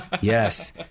Yes